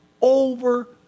over